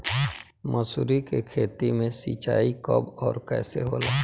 मसुरी के खेती में सिंचाई कब और कैसे होला?